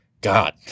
God